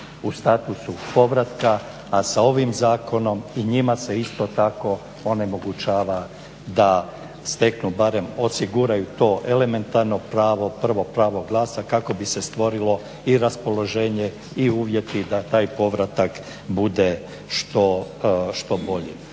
u statusu povratka, a sa ovim zakonom i njima se isto tako onemogućava da steknu barem, osiguraju to elementarno pravo, prvo pravo glasa kako bi se stvorilo i raspoloženje i uvjeti da taj povratak bude što bolji.